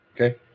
Okay